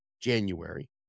january